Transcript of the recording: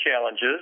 challenges